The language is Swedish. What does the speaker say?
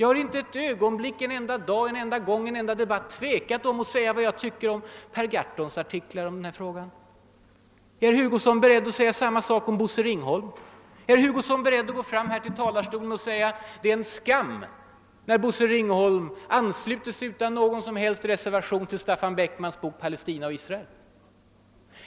Jag har inte ett ögonblick — inte en enda gång och inte i en enda debatt -— tvekat att säga vad jag tycker om Per Gahrtons artiklar i den här frågan. Är herr Hugosson beredd att säga samma sak om Bosse Ringholm? Är herr Hugosson beredd att gå fram till talarstolen och säga: Det är en skam när Bosse Ringholm utan någon som helst reservation ansluter sig till Staffan Beckmans bok »Palestina och Israel».